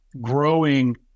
growing